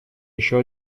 еще